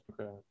okay